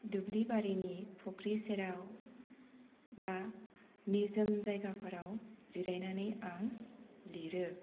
दुब्लि बारिनि फख्रि सेराव बा निजोम जायगाफोराव जिरायनानै आं लिरो